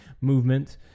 movement